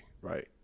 right